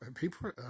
people